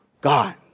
God